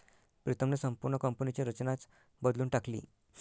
प्रीतमने संपूर्ण कंपनीची रचनाच बदलून टाकली